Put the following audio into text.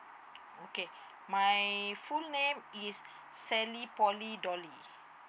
okay hi my full name is sally polly dolly